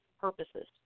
purposes